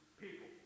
people